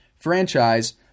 franchise